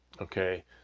okay